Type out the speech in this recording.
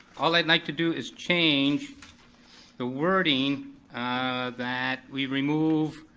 all i'd like to do is change the wording that we remove